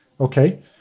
Okay